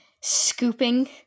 Scooping